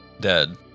Dead